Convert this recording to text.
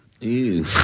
ew